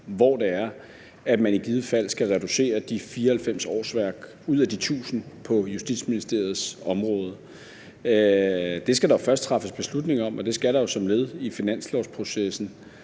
at man i givet fald skal reducere de 94 årsværk på Justitsministeriets område ud af de 1.000 årsværk. Det skal der først træffes beslutning om, og det skal der jo som led i finanslovsprocessen,